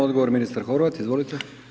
Odgovor, ministar Horvat, izvolite.